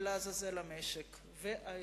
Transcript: ולעזאזל המשק והאזרחים.